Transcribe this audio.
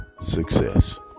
success